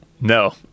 No